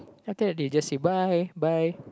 after that they just say bye bye